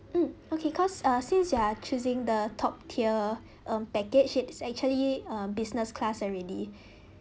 mm okay because uh since you are choosing the top tier um package it's actually uh business class already